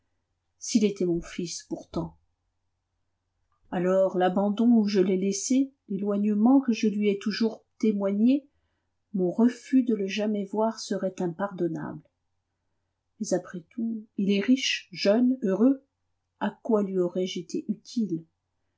s'il était mon fils pourtant alors l'abandon où je l'ai laissé l'éloignement que je lui ai toujours témoigné mon refus de le jamais voir seraient impardonnables mais après tout il est riche jeune heureux à quoi lui aurais-je été utile